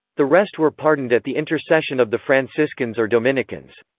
the rest were pardoned at the intercession of the franciscans or dominicans.